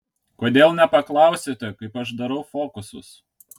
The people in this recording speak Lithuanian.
kodėl nepaklausėte kaip aš darau fokusus